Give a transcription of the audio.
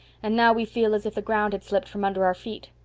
and now we feel as if the ground had slipped from under our feet.